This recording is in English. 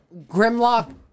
Grimlock